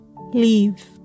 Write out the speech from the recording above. Leave